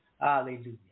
Hallelujah